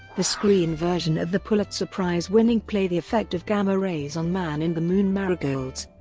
the screen version of the pulitzer prize-winning play the effect of gamma rays on man-in-the-moon marigolds,